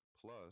Plus